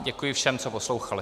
Děkuji všem, co poslouchali.